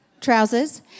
Trousers